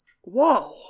whoa